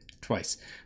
twice